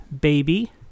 baby